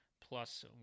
plus